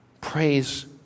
Praise